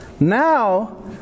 Now